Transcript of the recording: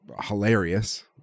hilarious